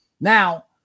Now